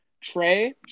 Trey